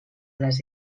les